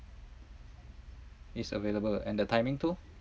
it's available and the timing too